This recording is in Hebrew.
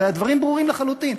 הרי הדברים ברורים לחלוטין,